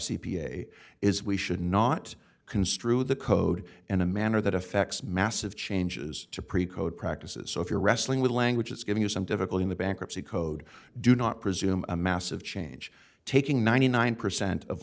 a is we should not construe the code in a manner that affects massive changes to pre code practices so if you're wrestling with language it's giving us some difficulty in the bankruptcy code do not presume a massive change taking ninety nine percent of